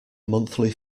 monthly